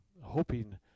hoping